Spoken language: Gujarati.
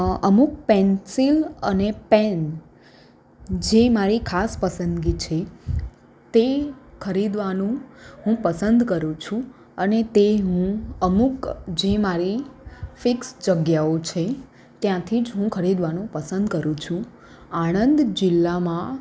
અમુક પેન્સિલ અને પેન જે મારી ખાસ પસંદગી છે તે ખરીદવાનું હું પસંદ કરું છું અને તે હું અમુક જે મારી ફિક્સ જગ્યાઓ છે ત્યાંથીજ હું ખરીદવાનું પસંદ કરું છું આણંદ જીલ્લામાં